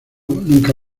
nunca